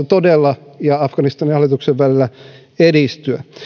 todella talibanin ja afganistanin hallituksen välillä edistyä